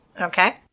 Okay